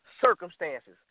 Circumstances